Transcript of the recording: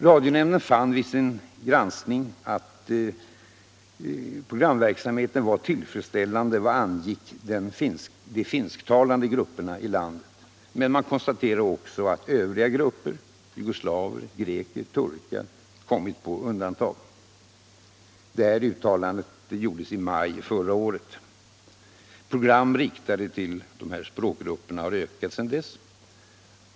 Radionämnden fann vid sin granskning att programverksamheten var tillfredsställande vad angick de finsktalande grupperna i landet, men man konstaterar också att övriga grupper — jugoslaver, greker, turkar - kommit på undantag. Det här uttalandet gjordes i maj förra året. Program riktade till dessa språkgrupper har ökat sedan dess.